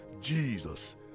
Jesus